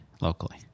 locally